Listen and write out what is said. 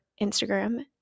Instagram